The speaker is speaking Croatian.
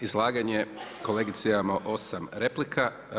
Izlaganje, kolegice imamo 8 replika.